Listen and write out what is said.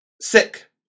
sick